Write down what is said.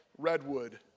redwood